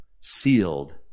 Sealed